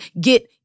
get